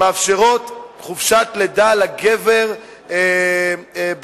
מאפשרות חופשת לידה לגבר כשבועיים,